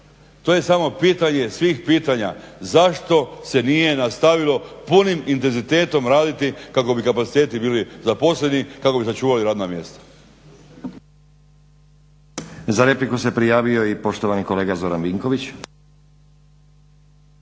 To je samo pitanje svih pitanja zašto se nije nastavilo punim intenzitetom raditi kako bi kapaciteti bili zaposleni kako bi sačuvali radna mjesta. **Stazić, Nenad (SDP)** Za repliku se prijavio i poštovani kolega Zoran Vinković.